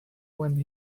when